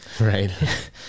right